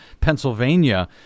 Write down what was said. Pennsylvania